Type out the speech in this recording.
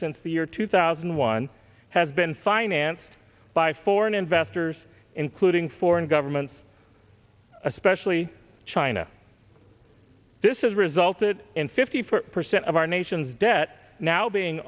year two thousand and one has been financed by foreign investors including foreign governments especially china this is resulted in fifty four percent of our nation's debt now being